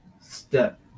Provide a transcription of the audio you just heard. Step